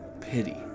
Pity